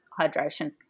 hydration